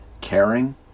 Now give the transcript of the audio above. caring